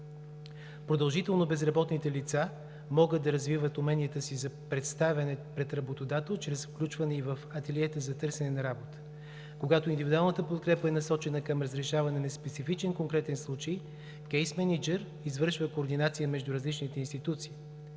Продължително безработните лица могат да развиват уменията си за представяне пред работодател чрез включване в ателиета за търсене на работа. Когато индивидуалната подкрепа е насочена към разрешаване на специфичен конкретен случай, кейс мениджър извършва координация между различните институции.